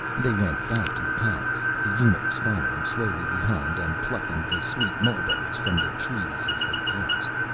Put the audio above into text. they went back to the palace, the eunuchs following slowly behind and plucking the sweet mulberries from the trees as they passed.